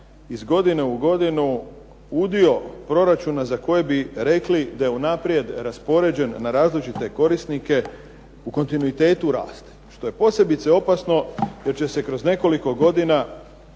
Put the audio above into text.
iz godine u godinu udio proračuna za koje bi rekli da je unaprijed raspoređen na različite korisnike u kontinuitetu raste, što je posebice opasno jer će se kroz nekoliko godina